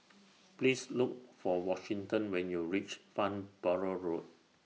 Please Look For Washington when YOU REACH Farnborough Road